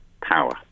power